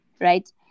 right